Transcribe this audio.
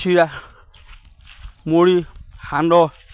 চিৰা মুৰি সান্দহ